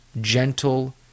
gentle